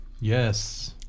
Yes